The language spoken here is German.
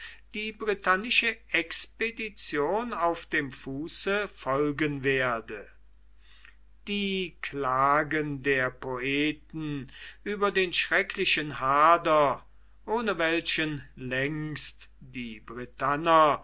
die britannische expedition auf dem fuße folgen werde die klagen der poeten über den schrecklichen hader ohne welchen längst die